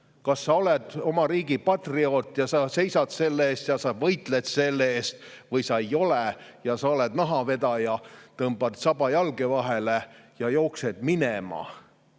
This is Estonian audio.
sa kas oled oma riigi patrioot ja sa seisad selle eest, sa võitled selle eest, või sa ei ole, sa oled nahavedaja, tõmbad saba jalge vahele ja jooksed minema.